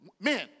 Men